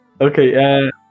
Okay